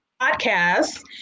podcast